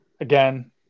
again